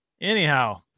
anyhow